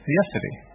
yesterday